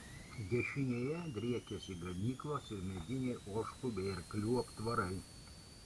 dešinėje driekėsi ganyklos ir mediniai ožkų bei arklių aptvarai